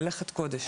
מלאכת קודש.